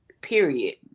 period